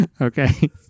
Okay